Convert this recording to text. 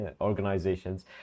organizations